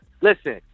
listen